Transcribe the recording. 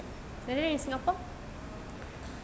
but then in singapore